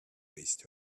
waste